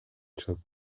чыгып